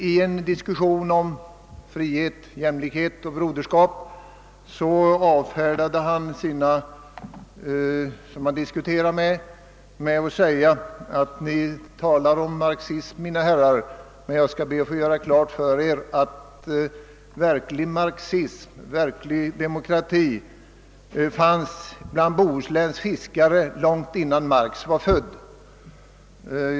I en diskussion om frihet, jämlikhet och broderskap avfärdade han sina motståndare i debatten med att säga: Ni talar om marxism, mina herrar, men jag skall be att få göra klart för er att verklig marxism, verklig demokrati fanns bland Bohusläns fiskare långt innan Marx var född.